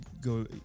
go